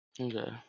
Okay